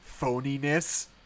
Phoniness